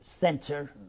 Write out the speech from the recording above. center